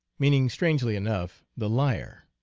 meaning, strangely enough, the liar,